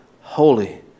holy